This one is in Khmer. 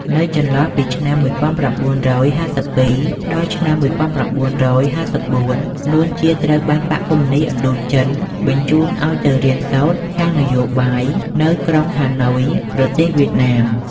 នៅចន្លោះពីឆ្នាំ១៩៥២ ដល់ឆ្នាំ១៩៥៤ នួន ជា ត្រូវបានបក្សកុម្មុយនិស្តឥណ្ឌូចិនបញ្ជូនឱ្យទៅរៀនសូត្រខាងនយោបាយ នៅក្រុងហាណូយ ប្រទេសវៀតណាម។